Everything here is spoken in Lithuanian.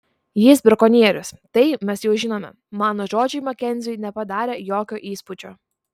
jis brakonierius tai mes jau žinome mano žodžiai makenziui nepadarė jokio įspūdžio